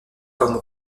comme